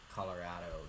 Colorado